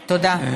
תודה.